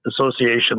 association